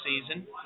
season